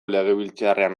legebiltzarrean